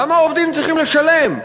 למה העובדים צריכים לשלם?